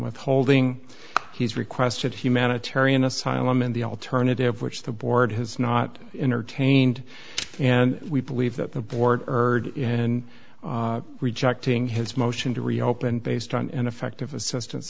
withholding he's requested humanitarian asylum in the alternative which the board has not in or taint and we believe that the board heard in rejecting his motion to reopen based on ineffective assistance